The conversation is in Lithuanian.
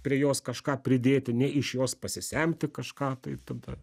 prie jos kažką pridėti nei iš jos pasisemti kažką tai tada